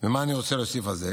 ומה אני רוצה להוסיף על זה?